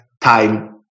time